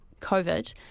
COVID